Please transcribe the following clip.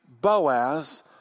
Boaz